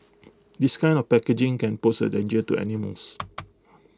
this kind of packaging can pose A danger to animals